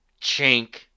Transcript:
chink